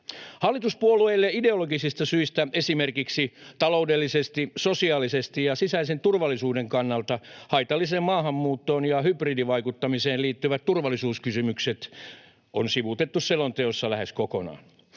Hallituspuolueille ideologisista syistä esimerkiksi taloudellisesti, sosiaalisesti ja sisäisen turvallisuuden kannalta haitalliseen maahanmuuttoon ja hybridivaikuttamiseen liittyvät turvallisuuskysymykset on sivuutettu selonteossa lähes kokonaan.